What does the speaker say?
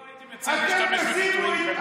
לא הייתי מציע להשתמש בביטויים כאלה.